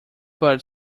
but